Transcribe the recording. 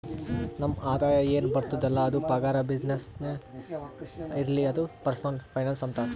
ನಮ್ ಆದಾಯ ಎನ್ ಬರ್ತುದ್ ಅಲ್ಲ ಅದು ಪಗಾರ, ಬಿಸಿನ್ನೆಸ್ನೇ ಇರ್ಲಿ ಅದು ಪರ್ಸನಲ್ ಫೈನಾನ್ಸ್ ಅಂತಾರ್